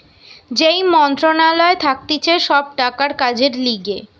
যেই মন্ত্রণালয় থাকতিছে সব টাকার কাজের লিগে